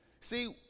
See